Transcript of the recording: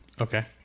Okay